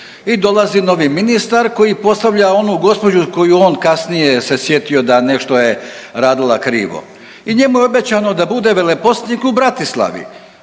i dolazi novi ministar koji postavlja onu gospođu koju on kasnije se sjetio da nešto je radila krivo. I njemu je obećano da bude veleposlanik u Bratislavi.